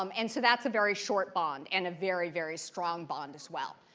um and so that's a very short bond and a very, very strong bond as well.